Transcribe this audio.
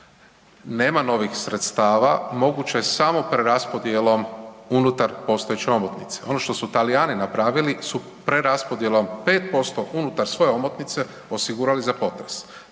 nema novih sredstava, moguće je samo preraspodjelom unutar postojeće omotnice. Ono što su Talijani napravili su preraspodjelom 5% unutar svoje omotnice osigurali za potres.